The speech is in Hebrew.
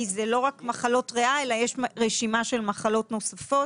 כי זה לא רק מחלות ריאה כי יש רשימה של מחלות נוספות